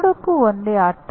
ಎರಡಕ್ಕೂ ಒಂದೇ ಅರ್ಥ